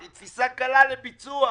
היא תפיסה קלה לביצוע,